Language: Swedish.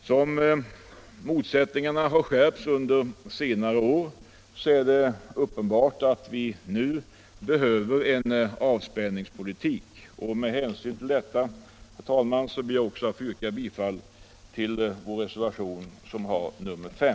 Som motsättningarna skärpts på senare år är det uppenbart att vi nu behöver en avspänningspolitik. Med hänvisning till detta, herr talman, yrkar jag bifall till vår reservation 5.